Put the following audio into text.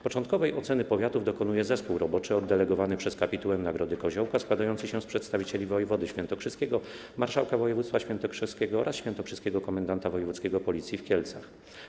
Początkowej oceny powiatów dokonuje zespół roboczy oddelegowany przez kapitułę nagrody Koziołka, składający się z przedstawicieli wojewody świętokrzyskiego, marszałka województwa świętokrzyskiego oraz świętokrzyskiego komendanta wojewódzkiego Policji w Kielcach.